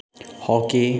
hockey